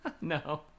No